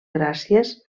gràcies